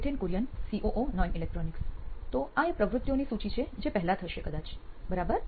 Nithin Kurian COO નોઇન electronics તો આ એ પ્રવૃત્તિઓની સૂચિ છે જે પહેલા થશે કદાચ બરાબર